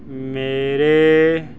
ਮੇਰੇ